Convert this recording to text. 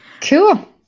Cool